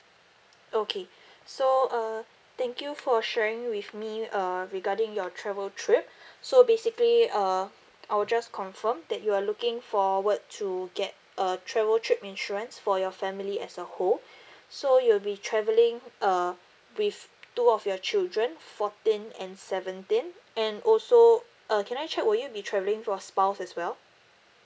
okay so uh thank you for sharing with me uh regarding your travel trip so basically uh I will just confirm that you are looking forward to get a travel trip insurance for your family as a whole so you'll be travelling uh with two of your children fourteen and seventeen and also uh can I check will you be travelling with your spouse as well